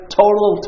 total